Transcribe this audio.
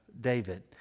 David